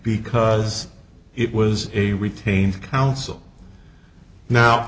because it was a retained counsel now